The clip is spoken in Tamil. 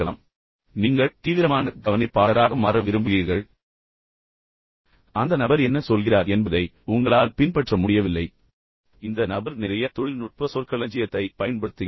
எனவே நீங்கள் தீவிரமான கவனிப்பாளராக மாற விரும்புகிறீர்கள் ஆனால் அந்த நபர் என்ன சொல்கிறார் என்பதை உங்களால் பின்பற்ற முடியவில்லை ஏனெனில் இந்த நபர் நிறைய தொழில்நுட்ப சொற்களஞ்சியத்தைப் பயன்படுத்துகிறார்